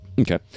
Okay